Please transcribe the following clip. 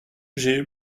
j’ai